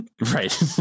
Right